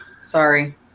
sorry